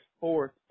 fourth